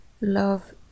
love